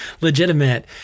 legitimate